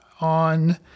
on